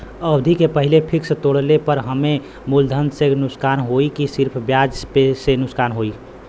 अवधि के पहिले फिक्स तोड़ले पर हम्मे मुलधन से नुकसान होयी की सिर्फ ब्याज से नुकसान होयी?